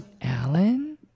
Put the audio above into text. Alan